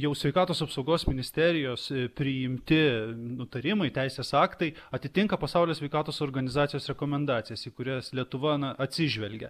jau sveikatos apsaugos ministerijos priimti nutarimai teisės aktai atitinka pasaulio sveikatos organizacijos rekomendacijas į kurias lietuva na atsižvelgia